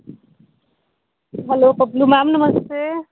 hello Pablu ma'am namaste